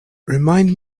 remind